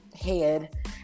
head